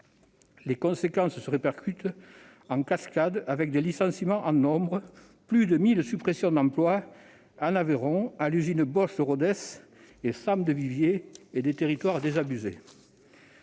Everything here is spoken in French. les conséquences se répercutent en cascade, avec des licenciements en nombre : plus de 1 000 suppressions d'emplois en Aveyron, dans les usines Bosch de Rodez et SAM de Viviez, et des territoires désabusés.